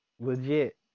legit